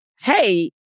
hey